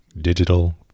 Digital